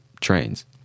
trains